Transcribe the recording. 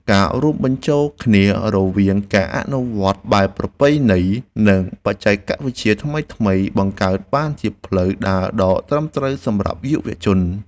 ការរួមបញ្ចូលគ្នារវាងការអនុវត្តបែបប្រពៃណីនិងបច្ចេកវិទ្យាថ្មីៗបង្កើតបានជាផ្លូវដើរដ៏ត្រឹមត្រូវសម្រាប់យុវជន។